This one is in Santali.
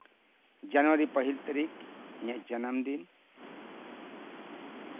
ᱡᱟᱱᱩᱣᱟᱨᱤ ᱯᱟᱹᱦᱤᱞ ᱛᱟᱹᱨᱤᱠᱷ ᱤᱧᱟᱹᱜ ᱡᱟᱱᱟᱢ ᱫᱤᱱ